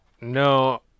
No